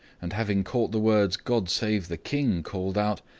and having caught the words god save the king, called out,